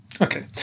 Okay